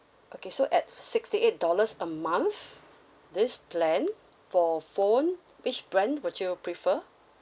okay so at sixty eight dollars a month this plan for phone which brand would you prefer